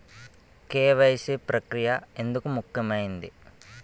KYC ప్రక్రియ ఎందుకు ముఖ్యమైనది?